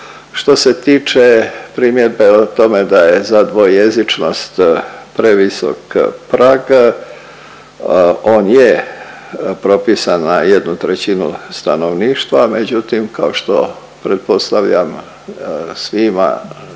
Što se tiče primjedbe o tome da je za dvojezičnost previsok prag, on je propisan na 1/3 stanovništva, međutim kao što pretpostavljam svima